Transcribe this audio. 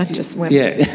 just women. yes,